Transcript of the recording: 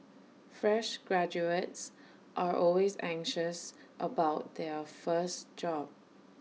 fresh graduates are always anxious about their first job